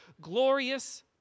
Glorious